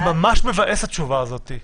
זה ממש מבאס התשובה הזאת.